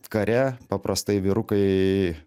kare paprastai vyrukai